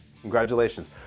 Congratulations